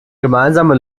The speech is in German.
gemeinsame